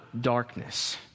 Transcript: darkness